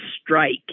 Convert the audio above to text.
strike